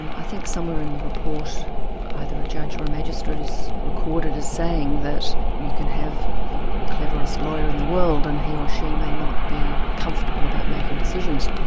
and i think somewhere in the report either a judge or magistrate is recorded as saying that you can have the cleverest lawyer in the world and he or she may not be comfortable about making decisions.